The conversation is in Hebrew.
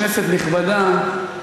כנסת נכבדה,